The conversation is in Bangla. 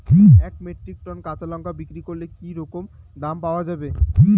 এক মেট্রিক টন কাঁচা লঙ্কা বিক্রি করলে কি রকম দাম পাওয়া যাবে?